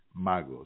Magos